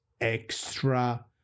extra